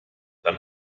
dann